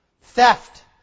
theft